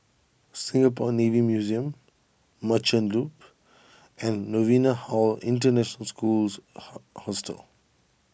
Singapore Navy Museum Merchant Loop and Novena Hall International Schools how Hostel